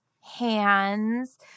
hands